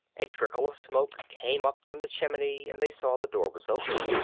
a trickle of smoke came up from the chimney and they saw the door was open.